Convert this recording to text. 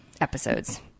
episodes